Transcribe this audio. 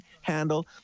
handle